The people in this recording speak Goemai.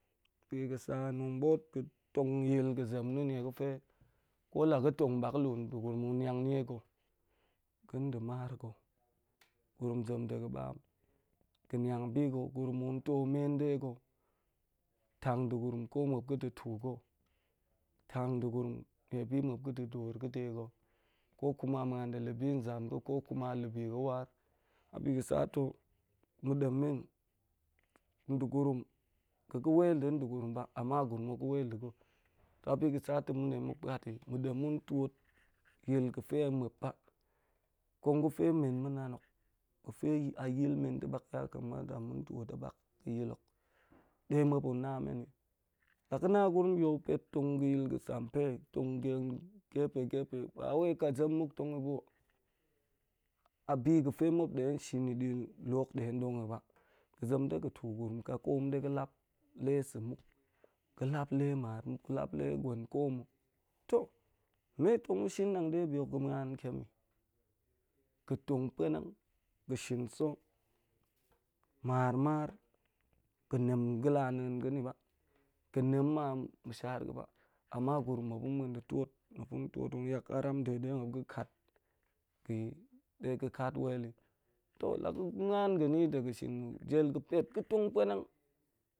Tong yil ga̱ zem na̱ nie ga̱fe ga̱n tong bak nlu'u tong niang nie ha̱ ga̱n nda̱ mar ga̱ gurum zem ɗega̱n baam ga̱ niang biga̱, gurum tong too men de ga̱ tang nda̱ gurum ko muop tang da̱ tuu ga̱, tang nda̱ gurum muopi muop ga̱ da̱ door ga̱de ga̱, ko kuma muan da̱ ɗoor ga̱ nzam, ko kuna la̱ bi ga̱ waar aɓi ga̱ sata̱ ma̱ dem men, nda̱ gurum, ga̱ga̱ wel nda̱n nda̱ gurum ba am gurum hok ga̱ wel nda̱ ga̱ abiga̱ satoo ma̱ de ma̱ baati, ma̱ tuot nyil ga̱ fe amme ba, kong ga̱ fe men ma̱ nan ho ga̱ fe a yilmen ta̱ bak, ma̱n tuot a bak ka yil hok ɗe mwop ga̱ na men i. La sa̱ na muon ga̱ tong ga̱ yil ga̱sampe ma̱ tong den ngepe gepe, ba wel a kazem muk tong i ba a biga̱ fe muap de tong shin i di nlu hok dem ɗong i ba ga̱ zem den tuu gurum ka koom ɗe ga̱ lap le sa̱ muk ga̱ lap le mar muk ga̱ lap le guen ko mma. To me tong ma̱ shin nɗang de bi hok ga̱ muan ntiem i. Ga̱ tong ouanang, gu shirin sugu mar mar, ga̱ nem ga̱ laa na̱en ga̱ nni, muop tong muen da̱ tuot aram de muop ga̱ kat ga̱ i de ga̱ kat wel i, ko la ga muan ga̱ ni ɗe ga̱n shin jel ga̱ pet, ga̱ tong puanai